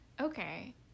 Okay